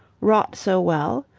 wrought so well?